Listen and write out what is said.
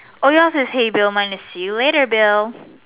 oh yours is hey bill mine is see you later bill